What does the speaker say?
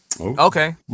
Okay